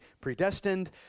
predestined